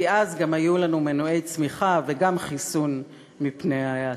כי אז היו לנו גם מנועי צמיחה וגם חיסון מפני ההאטה.